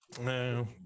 No